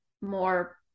more